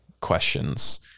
questions